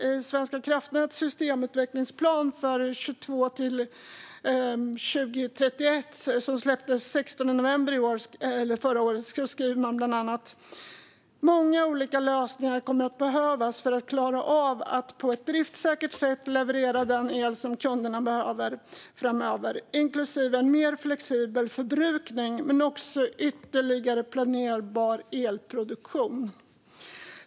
I Svenska kraftnäts systemutvecklingsplan 2022-2031, som släpptes den 16 november förra året, skriver de bland annat: "Många olika lösningar kommer att behövas för att klara av att på ett driftsäkert sätt leverera den el som kunderna behöver framöver, inklusive en mer flexibel förbrukning men också ytterligare planerbar elproduktion."